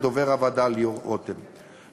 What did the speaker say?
ודובר הוועדה ליאור רותם,